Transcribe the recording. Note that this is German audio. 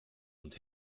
und